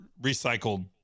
recycled